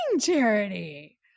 Charity